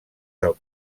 del